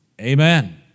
Amen